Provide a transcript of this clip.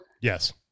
Yes